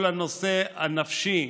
כל הנושא הנפשי,